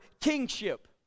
kingship